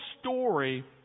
story